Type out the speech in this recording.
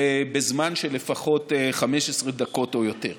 ולזמן של 15 דקות או יותר.